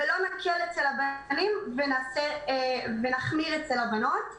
ולא נקל אצל הבנים ונחמיר אצל הבנות.